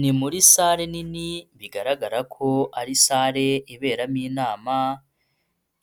Ni muri sare nini bigaragara ko ari sare iberamo inama,